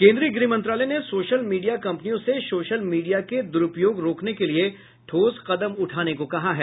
केन्द्रीय गृह मंत्रालय ने सोशल मीडिया कंपनियों से सोशल मीडिया के दुरूपयोग रोकने के लिये ठोस कदम उठाने को कहा है